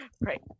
right